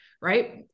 right